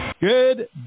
Good